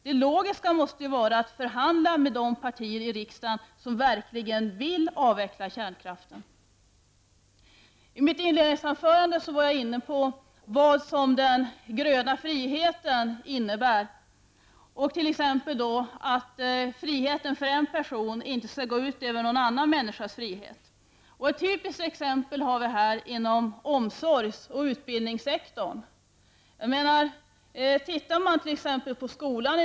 Det logiska måste vara att förhandla med de partier i riksdagen som verkligen vill avveckla kärnkraften. I mitt inledningsanförande berörde jag frågan om vad den gröna friheten innebär. Jag sade att friheten för en person inte skall gå ut över någon annan människas frihet. Vi har ett typiskt exempel på det inom omsorgs och utbildningssektorn.